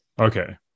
Okay